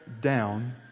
down